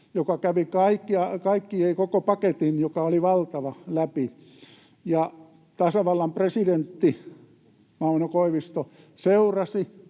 kaikki läpi, koko paketin, joka oli valtava. Tasavallan presidentti Mauno Koivisto seurasi,